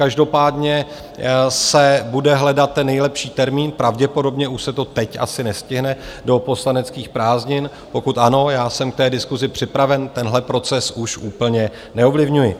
Každopádně se bude hledat ten nejlepší termín, pravděpodobně už se to teď asi nestihne do poslaneckých prázdnin, pokud ano, já jsem k té diskusi připraven, tenhle proces už úplně neovlivňuji.